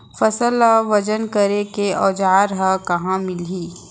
फसल ला वजन करे के औज़ार हा कहाँ मिलही?